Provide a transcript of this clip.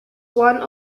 one